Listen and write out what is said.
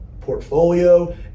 portfolio